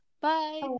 Bye